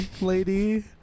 lady